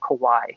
Kauai